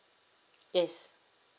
yes